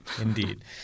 Indeed